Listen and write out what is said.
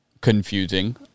Confusing